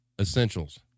Essentials